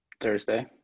thursday